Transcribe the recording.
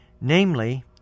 namely